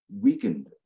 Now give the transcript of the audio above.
weakened